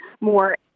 more